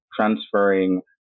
transferring